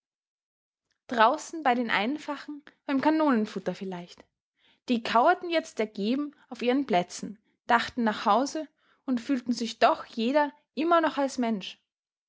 draußen bei den einfachen beim kanonenfutter vielleicht die kauerten jetzt ergeben auf ihren plätzen dachten nach hause und fühlten sich doch jeder immer noch als mensch